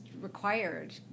required